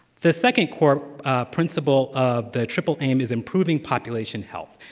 the second core principle of the triple aim is improving population health.